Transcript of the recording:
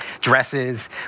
dresses